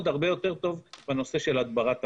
הרבה יותר טוב בנושא של הדברה תברואית.